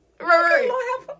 Right